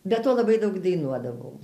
be to labai daug dainuodavom